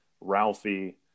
Ralphie